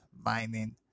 mining